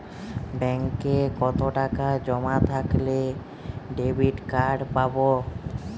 ব্যাঙ্কে কতটাকা জমা থাকলে ডেবিটকার্ড পাব?